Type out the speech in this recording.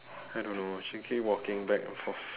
I don't know she keep walking back and forth